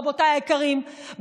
רבותיי היקרים,